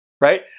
right